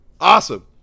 Awesome